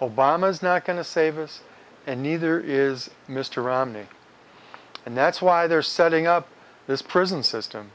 of bombers not going to save us and neither is mr romney and that's why they're setting up this prison system